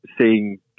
seeing